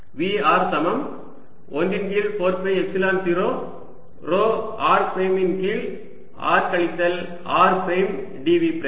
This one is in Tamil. V r சமம் 1 இன் கீழ் 4 பை எப்சிலன் 0 ρ r பிரைம் இன் கீழ் r கழித்தல் r பிரைம் dV பிரைம்